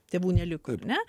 tėvų neliko ar ne